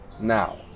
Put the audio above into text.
now